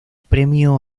premio